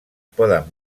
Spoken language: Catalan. poden